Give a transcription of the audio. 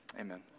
amen